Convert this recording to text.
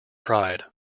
pride